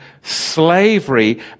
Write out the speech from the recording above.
slavery